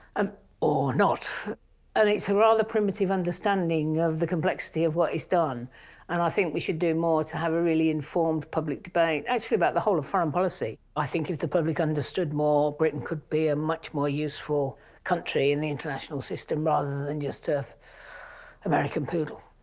um or not. and it's a rather primitive understanding of the complexity of what is done and i think we should do more to have a really informed public debate. actually about the whole of foreign policy, i think if the public understood more, britain could be a much more useful country in the international system rather than just an american poodle.